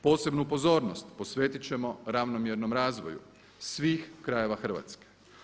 Posebnu pozornost posvetit ćemo ravnomjernom razvoju svih krajeva Hrvatske.